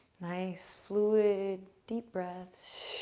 nice, fluid, deep breaths.